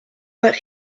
but